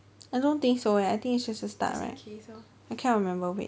I don't think so eh I think it's just the start right I cannot remember wait